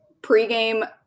pregame